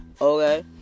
Okay